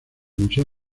museo